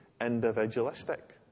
individualistic